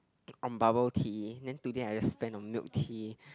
on bubble tea then today I just spent on milk tea